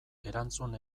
erantzun